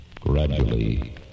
Gradually